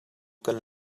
kan